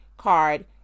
card